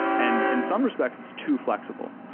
and in some respects, it's too fl exible.